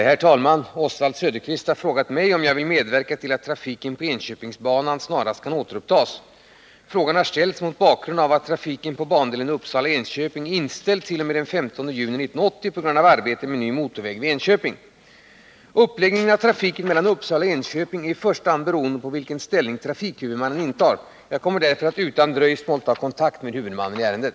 Herr talman! Oswald Söderqvist har frågat mig om jag vill medverka till att trafiken på Enköpingsbanan snarast kan återupptas. Frågan har ställts mot bakgrund av att trafiken på bandelen Uppsala-Enköping är inställd t.o.m. den 15 juni 1980 på grund av arbete med ny motorväg vid Enköping. Uppläggningen av trafiken mellan Uppsala och Enköping är i första hand beroende på vilken ställning trafikhuvudmannen intar. Jag kommer därför att utan dröjsmål ta kontakt med huvudmannen i ärendet.